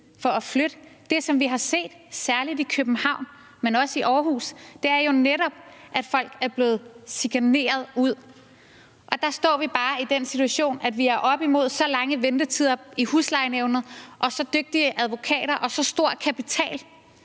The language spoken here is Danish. for at flytte. Det, som vi har set, særlig i København, men også i Aarhus, er jo netop, at folk er blevet chikaneret ud, og der står vi bare i den situation, at vi er oppe imod så lange ventetider i Huslejenævnet og så dygtige advokater og så stor kapital,